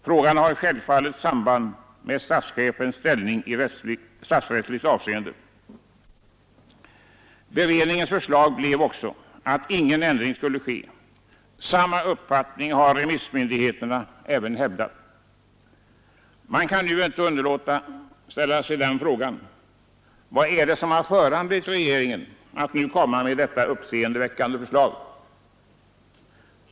Frågan har självfallet samband med statschefens ställning i statsrättsligt avseende.” Beredningens förslag blev också att ingen ändring skulle ske. Samma uppfattning har remissmyndigheterna hävdat. Man kan nu inte underlåta att ställa sig frågan vad det är som föranlett regeringen att komma med detta uppseendeväckande förslag.